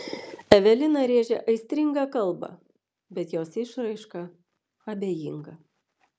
evelina rėžia aistringą kalbą bet jos išraiška abejinga